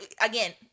again